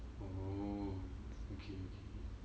oh okay okay